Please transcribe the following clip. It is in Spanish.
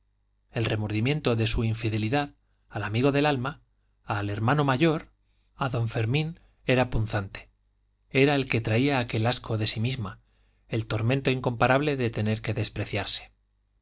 el remordimiento de su infidelidad al amigo del alma al hermano mayor a don fermín era punzante era el que traía aquel asco de sí misma el tormento incomparable de tener que despreciarse